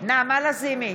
נעמה לזימי,